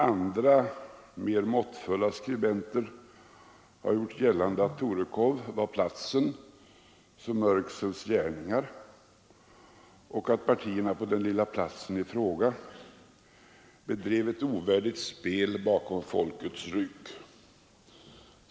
Andra, mer måttfulla skribenter har gjort gällande att Torekov var platsen för mörksens gärningar och att partierna på den lilla platsen i fråga bedrev ett ovärdigt spel bakom folkets rygg.